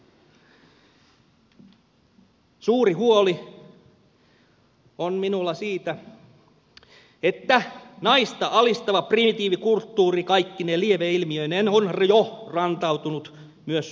suuri huoli on minulla siitä että naista alistava primitiivikulttuuri kaikkine lieveilmiöineen on jo rantautunut myös suomeen